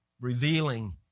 revealing